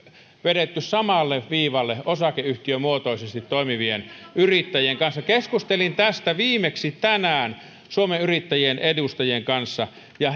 vedetty samalle viivalle osakeyhtiömuotoisesti toimivien yrittäjien kanssa keskustelin tästä viimeksi tänään suomen yrittäjien edustajien kanssa ja